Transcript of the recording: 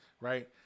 right